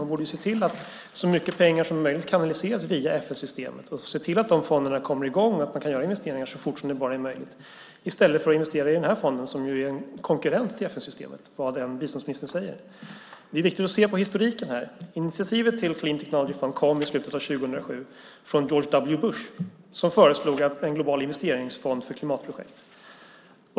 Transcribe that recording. Man borde se till att så mycket pengar som möjligt kanaliseras via FN-systemet och se till att de fonderna kommer i gång och att man kan göra investeringar så fort det bara är möjligt, I stället investerar man i den här fonden som är en konkurrent till FN-systemet, vad än biståndsministern säger. Det är viktigt att se på historiken. Initiativet till Clean Technology Fund kom i slutet av 2007 från George W. Bush som föreslog en global investeringsfond för klimatprojekt.